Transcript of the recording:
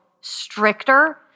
stricter